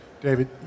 David